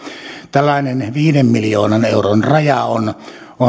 tällainen viiden miljoonan euron raja on